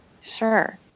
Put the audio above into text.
Sure